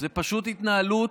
זו פשוט התנהלות,